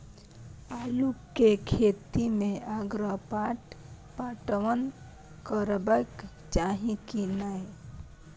आलू के खेती में अगपाट पटवन करबैक चाही की नय?